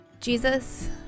Jesus